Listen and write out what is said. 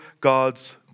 God's